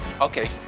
Okay